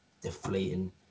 deflating